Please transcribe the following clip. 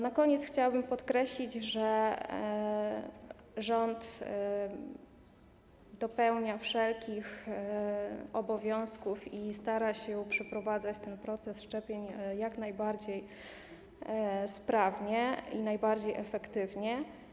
Na koniec chciałabym podkreślić, że rząd dopełnia wszelkich obowiązków i stara się przeprowadzać proces szczepień jak najbardziej sprawnie, efektywnie.